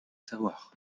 savoir